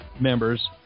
members